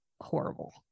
horrible